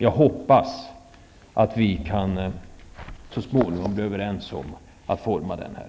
Jag hoppas att vi så småningom kan bli överens om att forma den här.